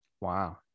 Wow